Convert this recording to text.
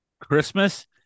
Christmas